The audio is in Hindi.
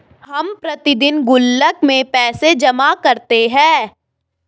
हम प्रतिदिन गुल्लक में पैसे जमा करते है